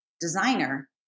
designer